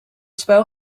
spel